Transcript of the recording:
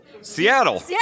Seattle